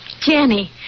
Jenny